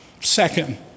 Second